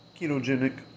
ketogenic